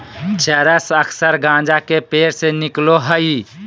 चरस अक्सर गाँजा के पेड़ से निकलो हइ